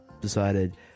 decided